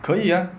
可以 ah